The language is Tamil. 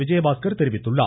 விஜயபாஸ்கர் தெரிவித்துள்ளார்